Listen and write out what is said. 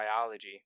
biology